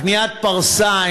פניית פרסה,